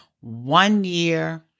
one-year